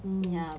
mm